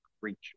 creature